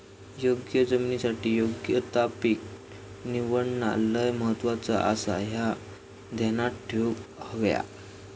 योग्य जमिनीसाठी योग्य ता पीक निवडणा लय महत्वाचा आसाह्या ध्यानात ठेवूक हव्या